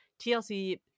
tlc